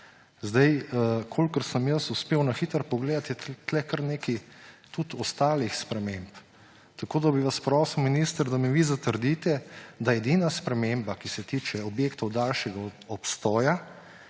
2005. Kolikor sem jaz uspel na hitro pogledati, je tukaj tudi kar nekaj ostalih sprememb. Bi vas prosil, minister, da mi vi zatrdite, da edina sprememba, ki se tiče objektov daljšega obstoja,